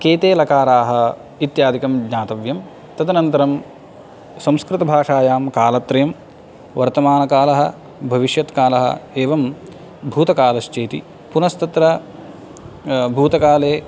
के ते लकाराः इत्यादिकं ज्ञातव्यं तदनन्तरं संस्कृतभाषायां कालत्रयं वर्तमानकालः भविष्यत्कालः एवं भूतकालश्च इति पुनस्तत्र भूतकाले